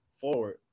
forward